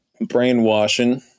brainwashing